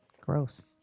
Gross